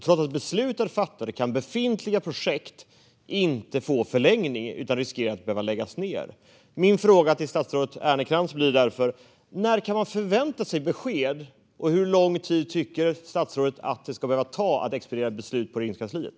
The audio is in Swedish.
Trots att beslut är fattade kan alltså befintliga projekt inte få förlängning utan riskerar att behöva läggas ned. Min fråga till statsrådet Ernkrans blir därför: När kan man förvänta sig besked, och hur lång tid tycker statsrådet att det ska behöva ta att expediera beslut på Regeringskansliet?